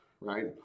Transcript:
right